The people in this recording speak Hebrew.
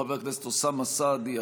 חבר הכנסת אוסאמה סעדי,